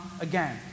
again